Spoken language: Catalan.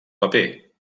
paper